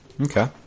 Okay